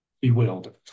bewildered